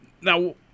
now